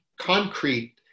concrete